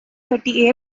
thirty